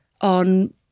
on